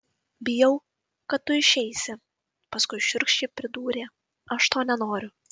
bijau kad tu išeisi paskui šiurkščiai pridūrė aš to nenoriu